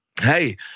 hey